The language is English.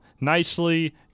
nicely